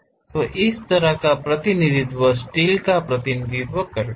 तो इस तरह का प्रतिनिधित्व स्टील का प्रतिनिधित्व करता है